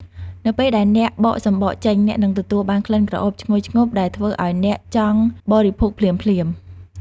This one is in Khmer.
នៅពេលដែលអ្នកបកសម្បកចេញ អ្នកនឹងទទួលបានក្លិនក្រអូបឈ្ងុយឈ្ងប់ដែលធ្វើឱ្យអ្នកចង់បរិភោគភ្លាមៗ។